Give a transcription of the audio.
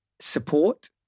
support